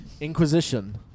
Inquisition